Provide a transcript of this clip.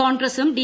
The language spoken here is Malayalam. കോൺഗ്രസും ഡി